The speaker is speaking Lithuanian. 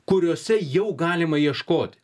kuriose jau galima ieškoti